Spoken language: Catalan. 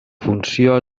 funció